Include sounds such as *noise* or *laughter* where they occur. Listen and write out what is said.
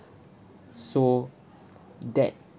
*breath* so that